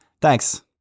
Thanks